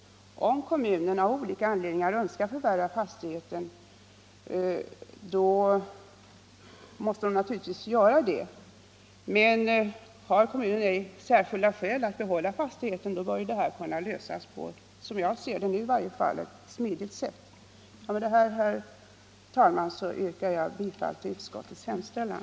Om kommunen av olika anledningar önskar förvärva en fastighet, skall kommunen naturligtvis göra det. Men har inte kommunen särskilda skäl att behålla fastigheten, bör problemet kunna lösas på ett, som jag ser det nu i varje fall, smidigt sätt. Med det anförda, herr talman, yrkar jag bifall till utskottets hemställan.